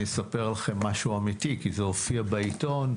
אני אספר לכם משהו אמתי כי זה הופיע בעיתון,